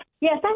Yes